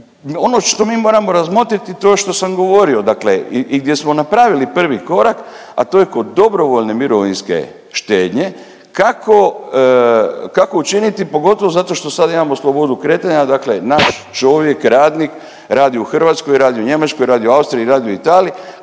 ono što mi moramo razmotriti to što sam govorio dakle i gdje smo napravili prvi korak, a to je kod dobrovoljne mirovinske štednje, kako, kako učiniti, pogotovo zato što sad imamo slobodu kretanja, dakle naš čovjek, radnik radio je u Hrvatskoj, radio je u Njemačkoj, radio je u Austriji, radio je u Italiji,